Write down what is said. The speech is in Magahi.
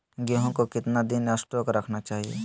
गेंहू को कितना दिन स्टोक रखना चाइए?